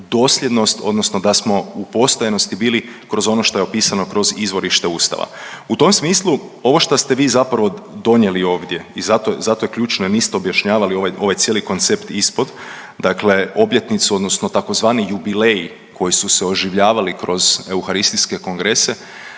dosljednost odnosno da smo u postojanosti bili kroz ono što je opisano kroz izvorište Ustava. U tom smislu ovo što ste vi zapravo donijeli ovdje i zato je ključno jer niste objašnjavali ovaj cijeli koncept ispod, dakle obljetnicu odnosno tzv. jubileji koji su se oživljavali kroz euharistijske kongrese